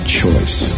choice